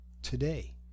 today